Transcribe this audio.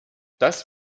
das